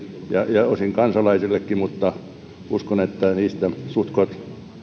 ja osin kansalaisillekin mutta uskon että niistä suhtkoht